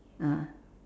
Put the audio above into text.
ah